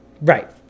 Right